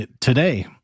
today